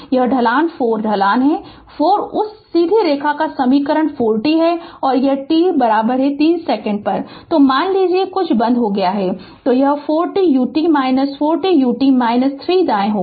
यह ढलान 4 ढलान है 4 उस सीधी रेखा का समीकरण 4 t है और t 3 सेकंड पर मान लीजिए कि कुछ बंद हो गया है तो यह 4 टी यूटी 4 टी यूटी 3 दाएं होगा